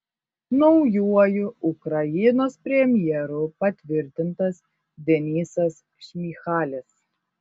naujuoju ukrainos premjeru patvirtintas denysas šmyhalis